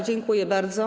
Dziękuję bardzo.